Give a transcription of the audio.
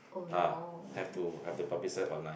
ah have to have to publicize online